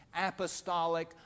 apostolic